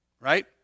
right